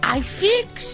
iFix